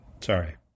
Sorry